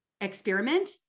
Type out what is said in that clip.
experiment